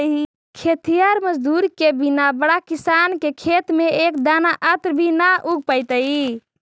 खेतिहर मजदूर के बिना बड़ा किसान के खेत में एक दाना अन्न भी न उग पइतइ